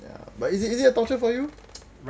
ya is it is it a torture for you